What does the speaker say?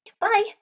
Bye